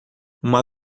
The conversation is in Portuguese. uma